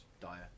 dire